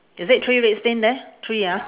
is it three red stain there three ah